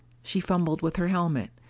she fumbled with her helmet.